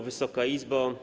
Wysoka Izbo!